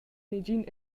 negin